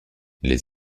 les